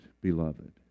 beloved